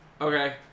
Okay